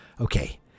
Okay